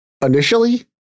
Initially